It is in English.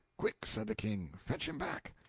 quick! said the king. fetch him back!